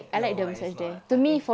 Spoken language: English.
no I guess not I think